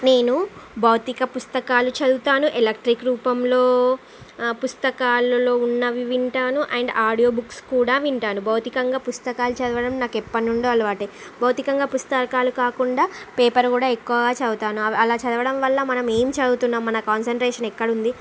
నేను భౌతిక పుస్తకాలు చదువుతాను ఎలక్ట్రిక్ రూపంలో పుస్తకాలలో ఉన్నవి వింటాను అండ్ ఆడియో బుక్స్ కూడా వింటాను భౌతికంగా పుస్తకాలు చదవడం నాకు ఎప్పటి నుండో అలవాటు భౌతికంగా పుస్తకాలు కాకుండా పేపర్ కూడా ఎక్కువ చదువుతాను అలా చదవడం వల్ల మనం ఏం చదువుతున్నాం మన కాన్సంట్రేషన్ ఎక్కడ ఉంది